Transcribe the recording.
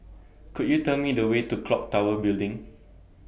Could YOU Tell Me The Way to Clock Tower Building